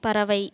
பறவை